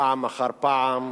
פעם אחר פעם,